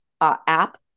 app